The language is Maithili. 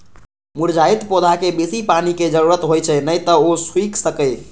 मुरझाइत पौधाकें बेसी पानिक जरूरत होइ छै, नै तं ओ सूखि सकैए